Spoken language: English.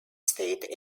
state